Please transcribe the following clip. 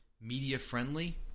media-friendly